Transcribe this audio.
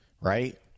Right